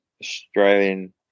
Australian